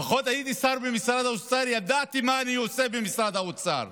לפחות כשהייתי שר במשרד האוצר ידעתי מה אני עושה במשרד האוצר.